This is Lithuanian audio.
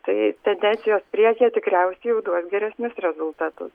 tai tendencijos priekyje tikriausiai jau duos geresnius rezultatus